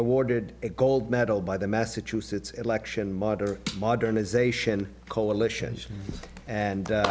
awarded a gold medal by the massachusetts election modder modernization coalition and